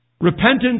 Repentance